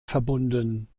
verbunden